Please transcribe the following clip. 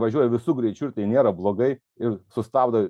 važiuoja visu greičiu ir tai nėra blogai ir sustabdo